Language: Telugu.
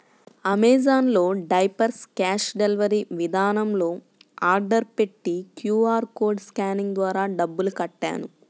అమెజాన్ లో డైపర్స్ క్యాష్ డెలీవరీ విధానంలో ఆర్డర్ పెట్టి క్యూ.ఆర్ కోడ్ స్కానింగ్ ద్వారా డబ్బులు కట్టాను